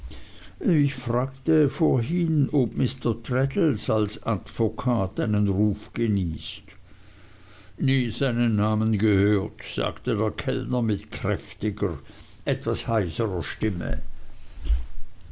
ich fragte vorhin ob mr traddles als advokat einen ruf genießt nie seinen namen gehört sagte der kellner mit kräftiger etwas heiserer stimme